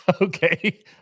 Okay